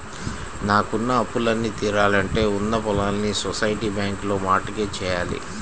నాకున్న అప్పులన్నీ తీరాలంటే ఉన్న పొలాల్ని సొసైటీ బ్యాంకులో మార్ట్ గేజ్ జెయ్యాల